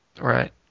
Right